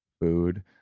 food